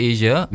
Asia